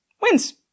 wins